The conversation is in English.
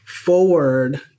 forward